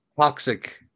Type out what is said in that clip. toxic